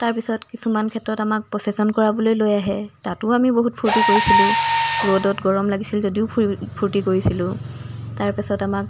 তাৰপিছত কিছুমান ক্ষেত্ৰত আমাক প্ৰচেশ্যন কৰাবলৈ লৈ আহে তাতো আমি বহুত ফুৰ্তি কৰিছিলোঁ ৰ'দত গৰম লাগিছিল যদিও ফুৰি ফুৰ্তি কৰিছিলোঁ তাৰপিছত আমাক